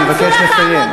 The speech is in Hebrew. אני מבקש לסיים.